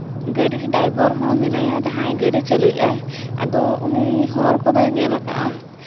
ᱜᱟᱹᱰᱤ ᱨᱮᱱ ᱰᱟᱭᱵᱷᱟᱨ ᱦᱚᱸ ᱢᱮᱱᱟᱭᱟ ᱡᱟᱦᱟᱸᱭ ᱜᱟᱹᱰᱤ ᱪᱟᱹᱞᱩᱭᱮᱫᱼᱟᱭ ᱟᱫᱚ ᱩᱱᱤ ᱦᱚᱨ ᱠᱚᱫᱚᱭ ᱧᱮᱞ ᱠᱟᱜᱼᱟ